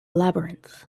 labyrinth